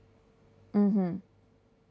mm hmm